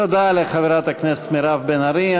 תודה לחברת הכנסת מירב בן ארי.